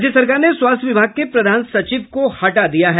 राज्य सरकार ने स्वास्थ्य विभाग के प्रधान सचिव को हटा दिया है